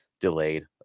delayed